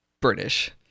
British